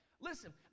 listen